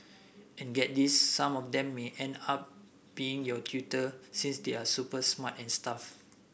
and get this some of them may end up being your tutor since they're super smart and stuff